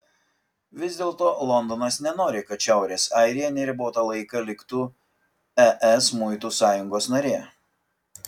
vis dėlto londonas nenori kad šiaurės airija neribotą laiką liktų es muitų sąjungos narė